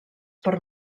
per